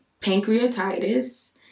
pancreatitis